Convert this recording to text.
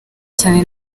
cyane